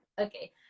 okay